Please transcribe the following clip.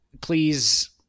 please